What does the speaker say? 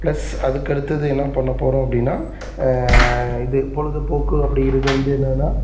plus அதுக்கு அடுத்தது என்ன பண்ணப்போகிறோம் அப்படின்னா இது பொழுதுபோக்கு அப்படிங்குறது வந்து என்னன்னா